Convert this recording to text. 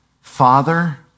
Father